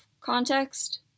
context